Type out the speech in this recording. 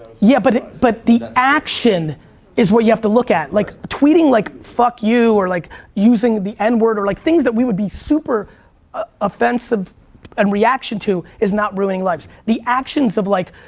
yeah but but the action is what you have to look at. like tweeting like fuck you or like using the n word or like things that we would be super offensive in and reaction to is not ruining lives. the actions of like,